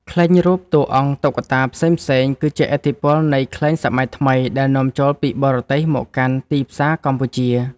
ខ្លែងរូបតួអង្គតុក្កតាផ្សេងៗ គឺជាឥទ្ធិពលនៃខ្លែងសម័យថ្មីដែលនាំចូលពីបរទេសមកកាន់ទីផ្សារកម្ពុជា។